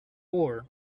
ore